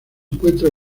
encuentra